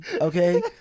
okay